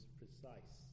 precise